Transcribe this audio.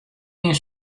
gjin